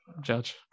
judge